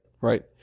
Right